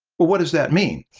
what does that mean?